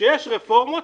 כשיש רפורמות,